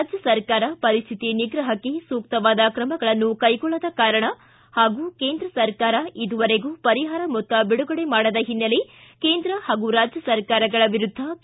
ರಾಜ್ಯ ಸರ್ಕಾರ ಪರಿಸ್ಥಿತಿ ನಿಗ್ರಹಕ್ಕೆ ಸೂಕ್ತವಾದ ಕ್ರಮಗಳನ್ನು ಕೈಗೊಳ್ಳದ ಕಾರಣ ಹಾಗೂ ಕೇಂದ್ರ ಸರ್ಕಾರ ಇದುವರೆಗೂ ಪರಿಹಾರ ಮೊತ್ತ ಬಿಡುಗಡೆ ಮಾಡದ ಹಿನ್ನೆಲೆ ಕೇಂದ್ರ ಹಾಗೂ ರಾಜ್ಯ ಸರ್ಕಾರಗಳ ವಿರುದ್ಧ ಕೆ